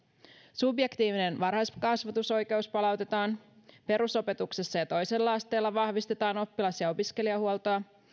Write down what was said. subjektiivinen varhaiskasvatusoikeus palautetaan perusopetuksessa ja toisella asteella vahvistetaan oppilas ja opiskelijahuoltoa